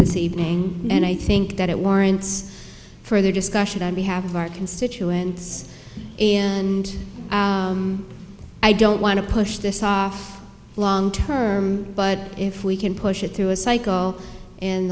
this evening and i think that it warrants further discussion on behalf of our constituents and i don't want to push this off long term but if we can push it through a cycle and